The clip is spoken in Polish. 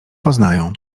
poznają